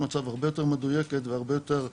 מצב הרבה יותר מדויקת והרבה יותר עכשווית,